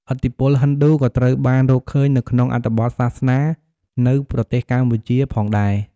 ឥទ្ធិពលហិណ្ឌូក៏ត្រូវបានរកឃើញនៅក្នុងអត្ថបទសាសនានៅប្រទេសកម្ពុជាផងដែរ។